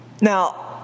Now